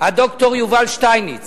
ד"ר יובל שטייניץ,